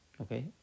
Okay